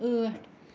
ٲٹھ